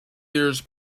years